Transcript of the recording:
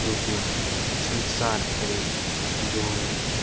रूपमा संसारभरि ड्रोन